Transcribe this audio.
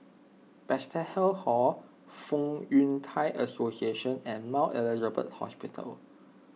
Bethesda Hall Fong Yun Thai Association and Mount Elizabeth Hospital